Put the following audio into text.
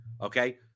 Okay